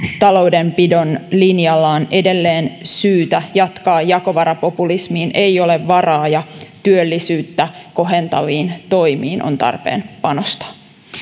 taloudenpidon linjalla on edelleen syytä jatkaa jakovarapopulismiin ei ole varaa ja työllisyyttä kohentaviin toimiin on tarpeen panostaa